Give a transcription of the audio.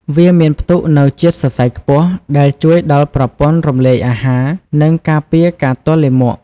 វាមានផ្ទុកនូវជាតិសរសៃខ្ពស់ ដែលជួយដល់ប្រព័ន្ធរំលាយអាហារ និងការពារការទល់លាមក។